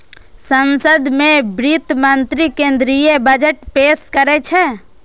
संसद मे वित्त मंत्री केंद्रीय बजट पेश करै छै